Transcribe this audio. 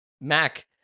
Mac